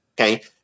okay